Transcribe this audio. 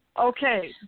Okay